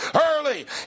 early